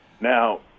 Now